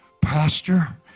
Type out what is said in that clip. Pastor